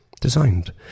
Designed